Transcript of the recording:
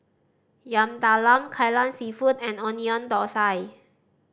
Yam Talam Kai Lan Seafood and Onion Thosai